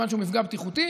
כיוון שהוא מפגע בטיחותי.